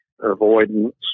avoidance